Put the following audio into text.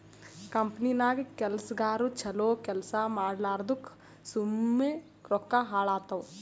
ಕಂಪನಿನಾಗ್ ಕೆಲ್ಸಗಾರು ಛಲೋ ಕೆಲ್ಸಾ ಮಾಡ್ಲಾರ್ದುಕ್ ಸುಮ್ಮೆ ರೊಕ್ಕಾ ಹಾಳಾತ್ತುವ್